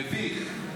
מביך.